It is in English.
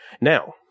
now